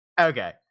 Okay